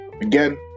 Again